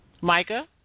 Micah